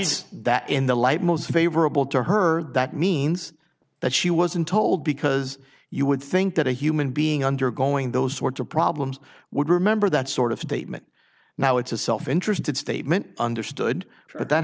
is that in the light most favorable to her that means that she wasn't told because you would think that a human being undergoing those sorts of problems would remember that sort of statement now it's a self interested statement understood